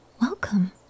welcome